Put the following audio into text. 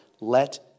let